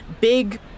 big